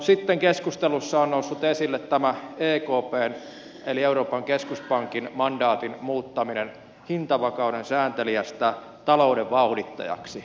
sitten keskustelussa on noussut esille tämä ekpn eli euroopan keskuspankin mandaatin muuttaminen hintavakauden sääntelijästä talouden vauhdittajaksi